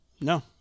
No